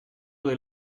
del